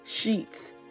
Sheets